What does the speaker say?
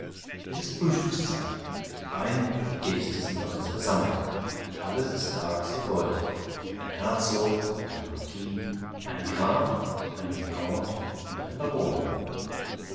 es ist frühstückszeit ihr tretet ein die gäste sind bereits versammelt alles ist da was ihr wollt ein herzog ein marquis ein graf ein vicomte und ein baron